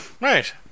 Right